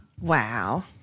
Wow